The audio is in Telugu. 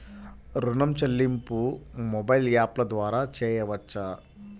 ఋణం చెల్లింపు మొబైల్ యాప్ల ద్వార చేయవచ్చా?